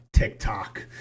TikTok